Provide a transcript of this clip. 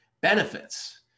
benefits